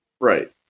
Right